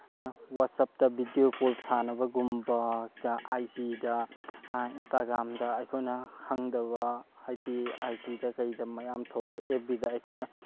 ꯋꯥꯠꯆꯞꯇ video call ꯁꯥꯟꯅꯕꯒꯨꯝꯕ ꯑꯥꯏ ꯖꯤꯗ ꯏꯟꯁꯇꯥꯒ꯭ꯔꯥꯝꯗ ꯑꯩꯈꯣꯏꯅ ꯈꯪꯗꯕ ꯍꯥꯏꯕꯗꯤ ꯑꯥꯥꯏ ꯖꯤ ꯀꯩꯗ ꯃꯌꯥꯝ ꯊꯣꯛꯂꯛꯑꯦ ꯑꯦꯞ ꯕꯤꯗ ꯑꯩꯈꯣꯏꯅ